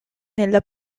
nella